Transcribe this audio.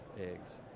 eggs